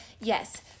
yes